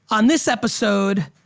on this episode,